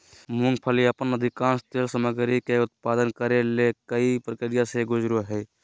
मूंगफली अपन अधिकांश तेल सामग्री के उत्पादन करे ले कई प्रक्रिया से गुजरो हइ